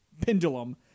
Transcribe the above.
pendulum